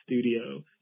studio